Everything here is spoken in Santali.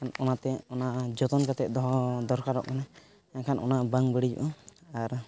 ᱚᱱᱟᱛᱮ ᱚᱱᱟ ᱡᱚᱛᱚᱱ ᱠᱟᱛᱮᱫ ᱫᱚᱦᱚ ᱫᱚᱨᱠᱟᱨᱚᱜ ᱠᱟᱱᱟ ᱮᱱᱠᱷᱟᱱ ᱚᱱᱟ ᱵᱟᱝ ᱵᱟᱲᱤᱡᱚᱜᱼᱟ ᱟᱨ